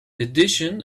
addition